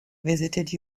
visited